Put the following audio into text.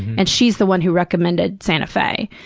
and she's the ones who recommended santa fe.